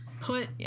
Put